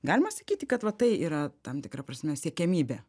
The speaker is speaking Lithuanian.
galima sakyti kad va tai yra tam tikra prasme siekiamybė